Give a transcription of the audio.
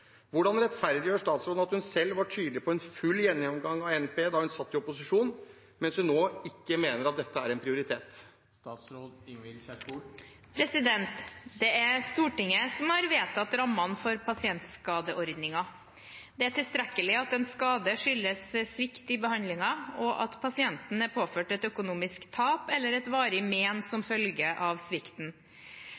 Hvordan rettferdiggjør statsråden at hun selv var tydelig på en full gjennomgang av NPE da hun satt i opposisjon, mens hun nå ikke mener dette er en prioritet?» Det er Stortinget som har vedtatt rammene for pasientskadeordningen. Det er tilstrekkelig at en skade skyldes svikt i behandlingen, og at pasienten er påført et økonomisk tap eller et varig mén som